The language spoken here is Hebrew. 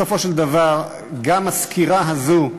בסופו של דבר, גם הסקירה הזו,